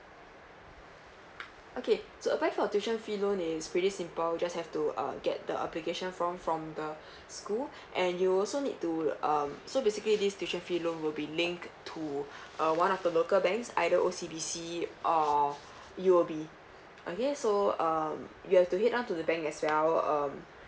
okay to apply for tuition fee loan is pretty simple just have to uh get the application form from the school and you'll also need to um so basically this tuition fee loan will be link to uh one of the local banks either O_C_B_C or U_O_B okay so um you have to head down to the bank as well um